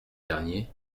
dernier